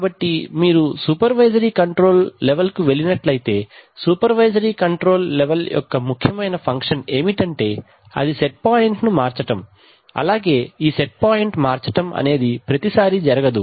కాబట్టి మీరు supervisory control level కు వెళ్ళినట్లయితే సూపర్వైజరీ కంట్రోల్ యొక్క ముఖ్యమైన ఫంక్షన్ ఏమిటంటే అది సెట్ పాయింట్ ను మార్చటం అలాగే ఈ సెట్ పాయింట్ మార్చటం అనేది ప్రతి సారీ జరగదు